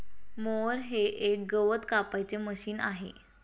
mower हे एक गवत कापायचे मशीन आहे